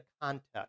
context